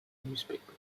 newspaper